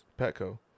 Petco